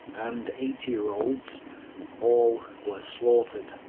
and eighty year olds all were slaughtered.